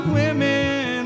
women